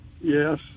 Yes